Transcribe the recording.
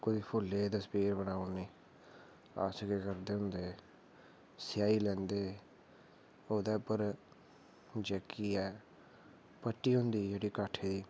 कोई फुल्लै दी तस्वीर बनाऊड़नी